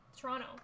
Toronto